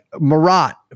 Marat